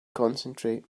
concentrate